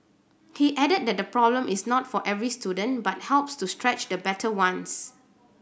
he added that the problem is not for every student but helps to stretch the better ones